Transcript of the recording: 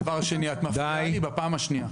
את מפריעה לי בפעם השנייה.